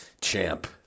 Champ